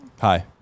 Hi